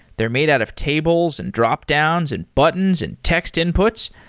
they're made out of tables, and dropdowns, and buttons, and text inputs.